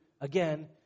again